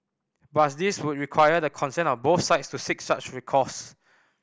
but this would require the consent of both sides to seek such recourse